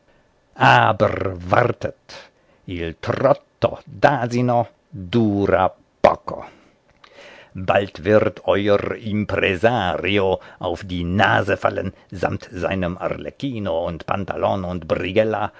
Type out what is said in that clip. aber wartet il trotto d'asino dura poco bald wird euer impresario auf die nase fallen samt seinem arlecchino und pantalon und